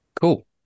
Cool